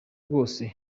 rwose